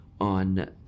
on